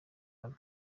hano